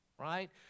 right